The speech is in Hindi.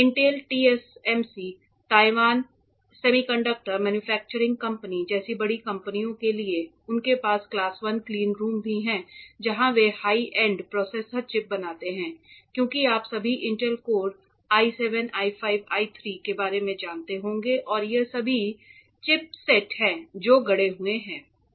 Intel TSMC Taiwan semiconductor manufacturing company जैसी बड़ी कंपनियों के लिए उनके पास क्लास वन क्लीनरूम भी हैं जहां वे हाई एंड प्रोसेसर चिप्स बनाते हैं क्योंकि आप सभी Intel core I7 I5 I3 के बारे में जानते होंगे और ये सभी चिपसेट हैं जो गड़े हुए हैं